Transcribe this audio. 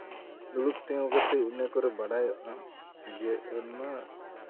ᱫᱩᱲᱩᱵ ᱛᱤᱸᱜᱩ ᱠᱟᱛᱮᱫ ᱤᱱᱟᱹ ᱠᱚᱨᱮᱫ ᱵᱟᱲᱟᱭᱚᱜᱼᱟ ᱡᱮ ᱟᱹᱱ ᱢᱟ